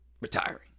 retiring